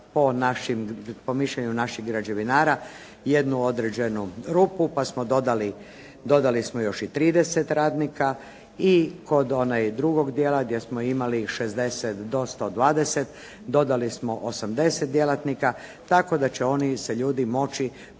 po mišljenju naših građevinara jednu određenu rupu, pa smo dodali, dodali smo još i 30 radnika i kod drugog djela gdje smo imali 60 do 120, dodali smo 80 djelatnika, tako da će oni se ljudi moći